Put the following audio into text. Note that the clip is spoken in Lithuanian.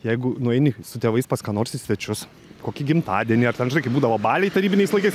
jeigu nueini su tėvais pas ką nors į svečius kokį gimtadienį ar ten žinai kaip būdavo baliai tarybiniais laikais